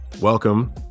welcome